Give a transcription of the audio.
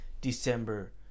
December